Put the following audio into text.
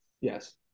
Yes